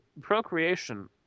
procreation